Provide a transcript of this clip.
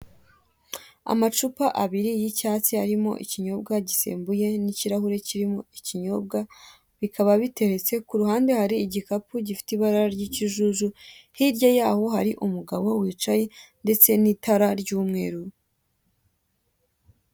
Amacupa abiri y'icyatsi arimo ikinyobwa gisembuye n'ikirahure kirimo ikinyobwa, bikaba biteretse, ku ruhande hari igikapu gifite ibara ry'ikijuju, hirya yaho hari umugabo wicaye ndetse n'itara ry'umweru.